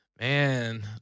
Man